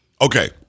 Okay